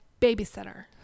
babysitter